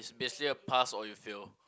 it's basically a pass or you fail